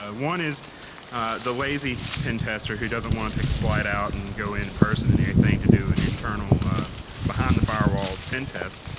ah one is the lazy pentester who doesn't want to take a flight out and go in person or and anything to do an internal behind the firewall pentest.